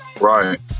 Right